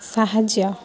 ସାହାଯ୍ୟ